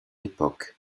époque